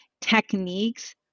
techniques